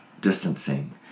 distancing